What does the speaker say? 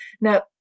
Now